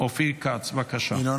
ינון